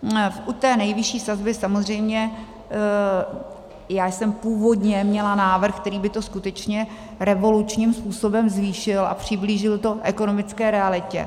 U té nejvyšší sazby samozřejmě já jsem původně měla návrh, který by to skutečně revolučním způsobem zvýšil a přiblížil ekonomické realitě.